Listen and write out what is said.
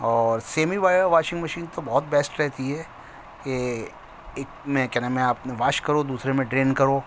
اور semi washing machine تو بہت بیسٹ رہتی ہے یہ ایک میں کیا نام ہے آپ نے واش کرو دوسرے میں ڈرین کرو